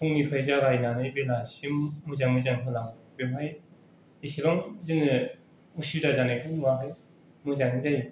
फुंनिफ्राय जागायनानै बेलासि सिम माजाङै मोजां जालाङो बेवहाय ऐसेबां जोङो उसुबिदा जानायखौ नुवाखै मोजाङै जायो